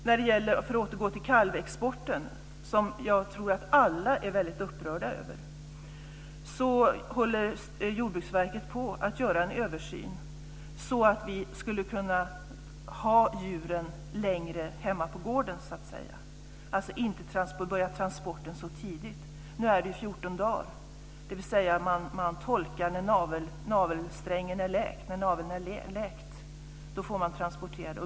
För att återgå till kalvexporten, som jag tror att alla är väldigt upprörda över, håller Jordbruksverket på att göra en översyn så att vi ska kunna ha djuren längre hemma på gården så att säga, alltså inte börja transporten så tidigt. Nu är det 14 dagar, dvs. man tolkar det som att när naveln är läkt får man transportera.